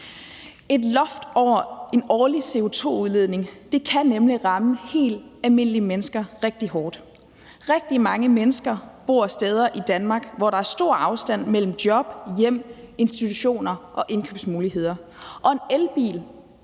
Et loft over den årlige CO2-udledning kan nemlig ramme helt almindelige mennesker rigtig hårdt. Rigtig mange mennesker bor steder i Danmark, hvor der er stor afstand mellem job, hjem, institutioner og indkøbsmuligheder, og en elbil